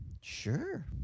sure